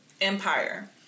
Empire